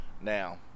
Now